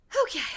Okay